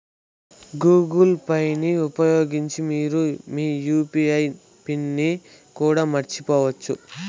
Google పేని ఉపయోగించి మీరు మీ యూ.పీ.ఐ పిన్ ని కూడా మార్చుకోవచ్చు